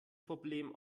problem